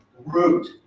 root